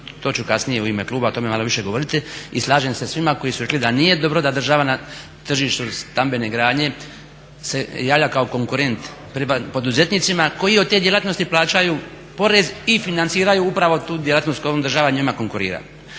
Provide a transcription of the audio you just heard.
to ću kasnije u ime kluba o tome malo više govoriti. I slažem se sa svima koji su rekli da nije dobro da država na tržištu stambene gradnje se javlja kao konkurent poduzetnicima koji od te djelatnosti plaćaju porez i financiraju upravo tu djelatnost s kojom država njima konkurira.